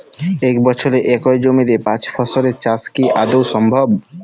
এক বছরে একই জমিতে পাঁচ ফসলের চাষ কি আদৌ সম্ভব?